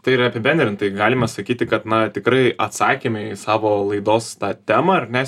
tai yra apibendrintai galima sakyti kad na tikrai atsakėme į savo laidos tą temą ar ne